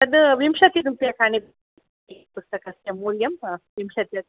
तद् विंशतिरूप्यकाणि पुस्तकस्य मूल्यं विंशतिः